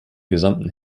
gesamten